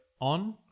on